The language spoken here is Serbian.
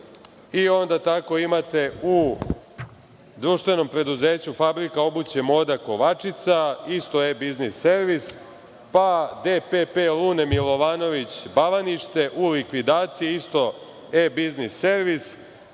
Onda tako imate u društvenom preduzeću Fabrika obuće „Moda“ Kovačica isto E-biznis servis, pa DPP Lune Milovanović Bavanište u likvidaciji isto E-biznis servis,